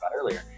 earlier